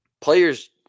Players